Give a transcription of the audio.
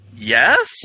Yes